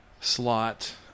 slot